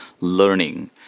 learning